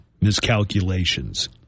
miscalculations